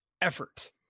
effort